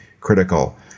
critical